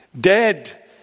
dead